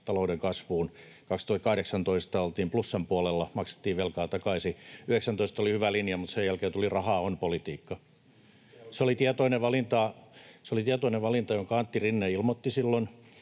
talouden kasvuun. 2018 oltiin plussan puolella, maksettiin velkaa takaisin. 2019 oli hyvä linja, mutta sen jälkeen tuli rahaa on ‑politiikka, se oli tietoinen valinta. Se oli tietoinen valinta, jonka Antti Rinne ilmoitti silloin.